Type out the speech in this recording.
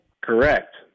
Correct